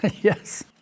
Yes